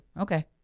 Okay